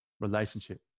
Relationship